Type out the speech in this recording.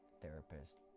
therapist